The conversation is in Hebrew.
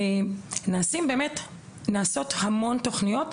נעשות המון תוכניות.